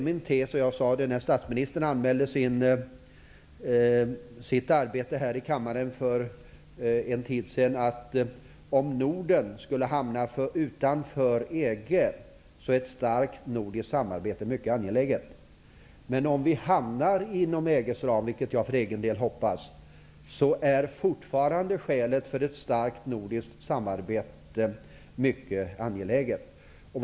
Min tes är att ett starkt nordiskt samarbete är mycket angeläget om Norden skulle hamna utanför EG. Detta sade jag också när statsministern anmälde sitt arbete här i kammaren för en tid sedan. Om vi hamnar inom EG:s ram, vilket jag för egen del hoppas, är fortfarande ett starkt nordiskt samarbete mycket angeläget.